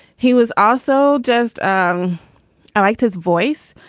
he was also just um i liked his voice.